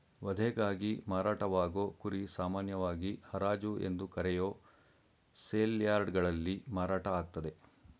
ವಧೆಗಾಗಿ ಮಾರಾಟವಾಗೋ ಕುರಿ ಸಾಮಾನ್ಯವಾಗಿ ಹರಾಜು ಎಂದು ಕರೆಯೋ ಸೇಲ್ಯಾರ್ಡ್ಗಳಲ್ಲಿ ಮಾರಾಟ ಆಗ್ತದೆ